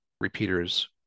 repeaters